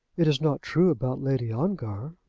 it is not true about lady ongar?